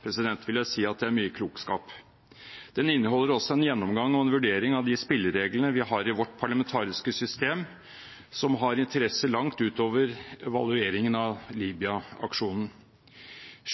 rapporten vil jeg si at det er mye klokskap. Den inneholder også en gjennomgang og en vurdering av de spillereglene vi har i vårt parlamentariske system, som har interesser langt utover evalueringen av Libya-aksjonen.